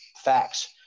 facts